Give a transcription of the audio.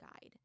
guide